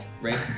right